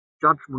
judgment